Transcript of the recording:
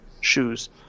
shoes